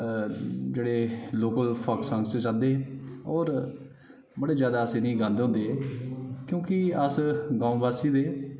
ऐ जेहडे local folk songs च आंदे और बडे ज्यादा अस इंहेगी गांदे होंदे हे क्योकि अस गांव बासी हे